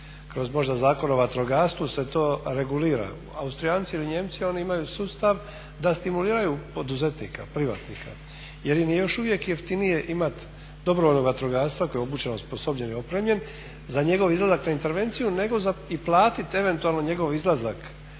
kroz možda Zakon o vatrogastvu se to regulira. Austrijanci ili Nijemci oni imaju sustav da stimuliraju poduzetnika, privatnika jer im je još uvijek jeftinije imati dobrovoljnog vatrogasca koji je obučen, osposobljen i opremljen za njegov izlazak na intervenciju nego i platit eventualno njegov izlazak